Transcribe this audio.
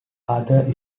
other